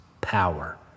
power